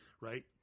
right